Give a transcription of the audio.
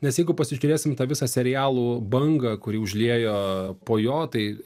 nes jeigu pasižiūrėsim į tą visą serialų bangą kuri užliejo po jo tai